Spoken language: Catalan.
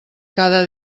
cada